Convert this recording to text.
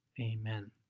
amen